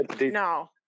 No